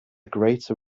greater